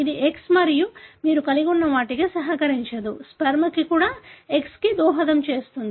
ఇది X మరియు మీరు కలిగి ఉన్న వాటికి సహకరించదు స్పెర్మ్ కూడా X కి దోహదం చేస్తుంది